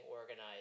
organized